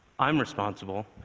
i'm responsible.